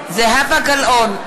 גלאון,